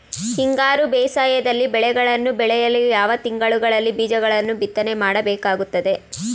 ಹಿಂಗಾರು ಬೇಸಾಯದಲ್ಲಿ ಬೆಳೆಗಳನ್ನು ಬೆಳೆಯಲು ಯಾವ ತಿಂಗಳುಗಳಲ್ಲಿ ಬೀಜಗಳನ್ನು ಬಿತ್ತನೆ ಮಾಡಬೇಕಾಗುತ್ತದೆ?